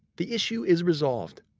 the issue is resolved.